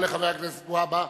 תודה לחבר הכנסת והבה.